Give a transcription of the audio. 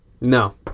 No